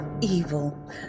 evil